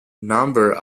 number